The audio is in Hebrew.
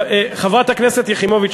חברת הכנסת יחימוביץ,